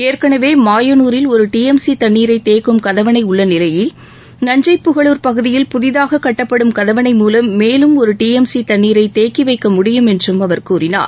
ஏற்கனவே மாயனூரில் ஒரு டிளம்சி தண்ணீரை தேக்கும் கதவனை உள்ள நிலையில் நஞ்சைபுகளுர் பகுதியில் புதிதாகக் கட்டப்படும் கதவணை மூவம் மேலும் ஒரு டிளம்சி தண்ணீரை தேக்கி வைக்க முடியும் என்றும் அவர் கூறினார்